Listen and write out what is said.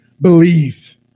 believe